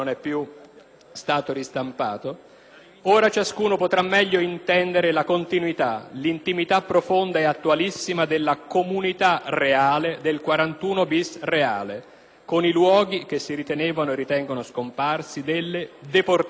ristampato «potrà meglio intendere la continuità, l'intimità profonda e attualissima della "comunità *reale* del 41 bis *reale"* con i luoghi, che si ritenevano e ritengono scomparsi, delle "deportazioni" di veri o presunti criminali,